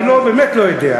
אני באמת לא יודע.